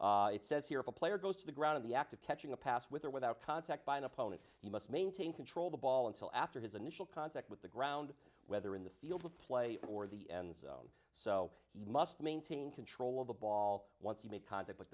one it says here if a player goes to the ground in the act of catching a pass with or without contact by an opponent he must maintain control the ball until after his initial contact with the ground whether in the field of play or the end zone so he must maintain control of the ball once he made contact